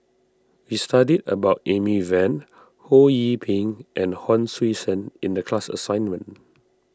we studied about Amy Van Ho Yee Ping and Hon Sui Sen in the class assignment